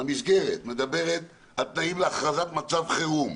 המסגרת מדברת על תנאים להכרזת מצב חירום.